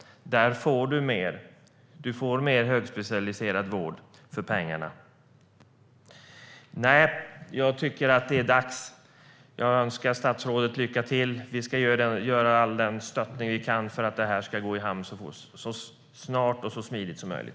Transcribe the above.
Man får mer högspecialiserad vård för pengarna. Nej, jag tycker att det är dags. Jag önskar statsrådet lycka till. Vi ska ge all den stöttning vi kan för att det här ska gå i hamn så snart och så smidigt som möjligt.